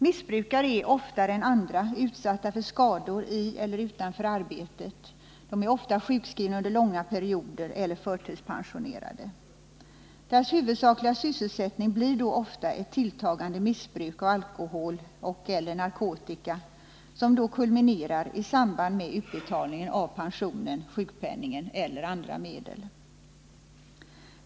Missbrukare är oftare än andra utsatta för skador i eller utanför arbetet, är ofta sjukskrivna under långa perioder eller är förtidspensionerade. Deras huvudsakliga sysselsättning blir då ofta ett tilltagande missbruk av alkohol och/eller narkotika, som kulminerar i samband med utbetalningen av pensionen, sjukpenningen eller andra medel.